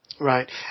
Right